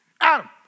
Adam